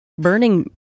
burning